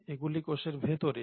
এগুলি কোষের ভেতরের